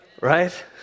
Right